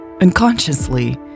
Unconsciously